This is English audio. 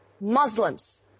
Muslims